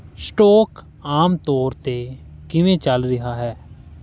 stock ਆਮ ਤੌਰ 'ਤੇ ਕਿਵੇਂ ਚੱਲ ਰਿਹਾ ਹੈ